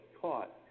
caught